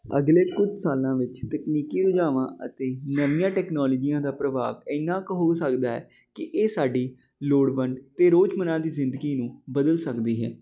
ਅਗਲੇ ਕੁਝ ਸਾਲਾਂ ਵਿੱਚ ਤਕਨੀਕੀ ਰੁਝਾਨਾਂ ਅਤੇ ਨਵੀਆਂ ਟੈਕਨੋਲਜੀਆਂ ਦਾ ਪ੍ਰਭਾਵ ਇੰਨਾ ਕੁ ਹੋ ਸਕਦਾ ਹੈ ਕਿ ਇਹ ਸਾਡੀ ਲੋੜਵੰਦ ਅਤੇ ਰੋਜ਼ਮਰਾ ਦੀ ਜ਼ਿੰਦਗੀ ਨੂੰ ਬਦਲ ਸਕਦੀ ਹੈ